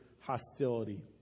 hostility